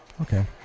Okay